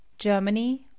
germany